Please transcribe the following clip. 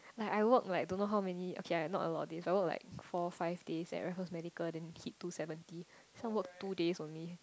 like I work like don't know how many okay ah not a lot of days but I work like four five days at Raffles-Medical then hit two seventy this one work two days only